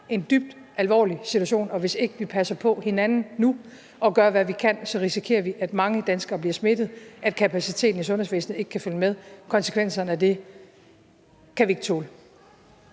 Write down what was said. en dybt alvorlig situation, og hvis vi ikke passer på hinanden nu og gør, hvad vi kan, risikerer vi, at mange danskere bliver smittet, og at kapaciteten i sundhedsvæsenet ikke kan følge med – og konsekvenserne af det kan vi ikke tåle.